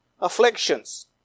afflictions